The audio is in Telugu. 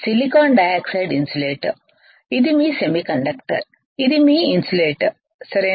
సిలికాన్ డయాక్సైడ్ ఇన్సులేటర్ ఇది మీ సెమీకండక్టర్ ఇది మీ ఇన్సులేటర్ సరేనా